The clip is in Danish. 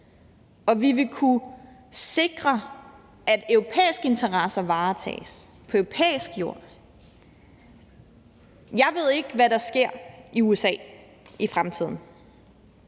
at vi vil kunne sikre, at europæiske interesser varetages på europæisk jord. Jeg ved ikke, hvad der sker i USA i fremtiden,